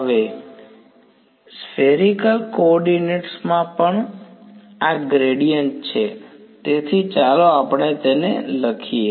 હવે spherical coordinates માં પણ આ ગ્રેડિયંટ છે તેથી ચાલો આપણે તેને લખીએ